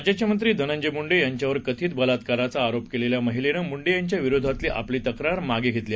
राज्याचेमंत्रीधनंजयमुंडेयांच्यावरकथितबलात्काराचाआरोपकेलेल्यामहिलेनं मुंडेयांच्याविरोधातलीआपलीतक्रारकालमागेघेतली